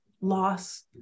loss